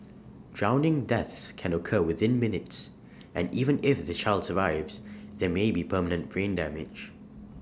drowning deaths can occur within minutes and even if the child survives there may be permanent brain damage